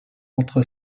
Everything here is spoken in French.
entre